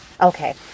Okay